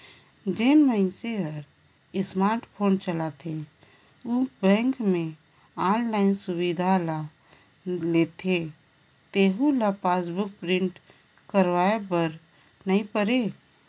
जेन मइनसे हर स्मार्ट फोन चलाथे अउ बेंक मे आनलाईन सुबिधा ल देथे तेहू ल पासबुक प्रिंट करवाये बर नई परे